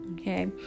Okay